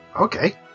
okay